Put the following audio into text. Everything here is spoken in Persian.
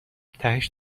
تهش